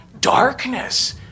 darkness